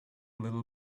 little